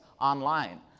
online